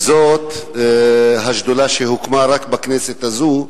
זאת השדולה שהוקמה רק בכנסת הזאת,